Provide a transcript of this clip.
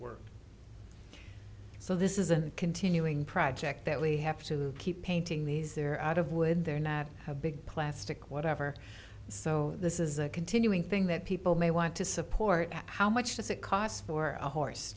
work so this isn't a continuing project that we have to keep painting these they're out of wood they're not have big plastic whatever so this is a continuing thing that people may want to support how much does it cost for a horse